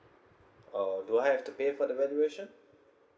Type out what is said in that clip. oh do I have to pay for the valuation